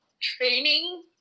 training